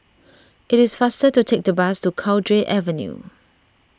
it is faster to take the bus to Cowdray Avenue